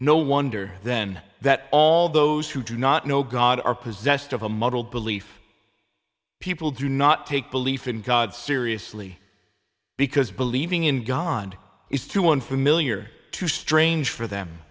no wonder then that all those who do not know god are possessed of a muddled belief people do not take belief in god seriously because believing in god is too unfamiliar too strange for them